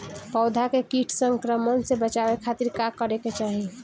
पौधा के कीट संक्रमण से बचावे खातिर का करे के चाहीं?